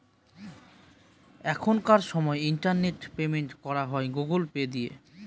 এখনকার সময় internet payment করা হয় গুগুল পে দিয়ে